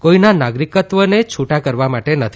કોઇના નાગરિકત્વને છૂટા કરવા માટે નથી